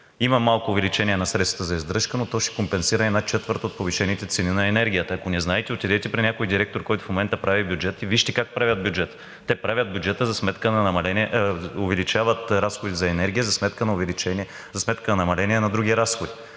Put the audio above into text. Има малко увеличение на средствата за издръжка, но то ще компенсира една четвърт от повишените цени на енергията. Ако не знаете, отидете при някой директор, който в момента прави бюджет, и вижте как правят бюджет. Те правят бюджета за сметка – увеличават разходите за енергия за сметка на намаление на други разходи.